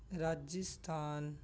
Rajasthan